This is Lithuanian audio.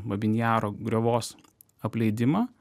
babyn jaro griovos apleidimą